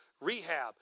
rehab